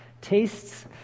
tastes